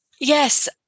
Yes